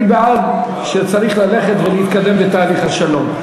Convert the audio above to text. אני בעד ואני חושב שצריך ללכת ולהתקדם בתהליך השלום.